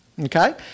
Okay